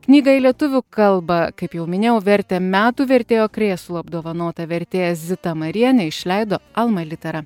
knyga į lietuvių kalbą kaip jau minėjau vertė metų vertėjo krėslu apdovanota vertėja zita marienė išleido alma litera